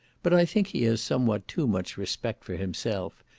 but i think he has somewhat too much respect for himself,